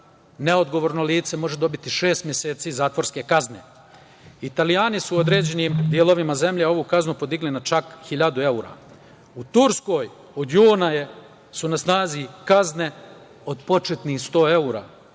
neodgovorno lice može dobiti šest meseci zatvorske kazne. Italijani su u određenim delovima zemlje ovu kaznu podigli na čak 1.000 evra. U Turskoj su od juna na snazi kazne od početnih 100 evra.